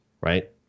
right